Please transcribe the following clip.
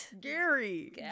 Gary